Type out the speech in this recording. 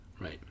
Right